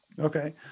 Okay